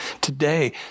today